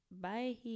Bye